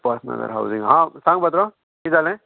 personal housing हां सांग पात्रांव किदें जालें